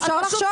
אפשר לחשוב.